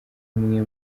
mwe